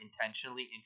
intentionally